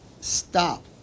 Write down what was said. stop